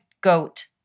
goat